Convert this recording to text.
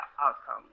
outcome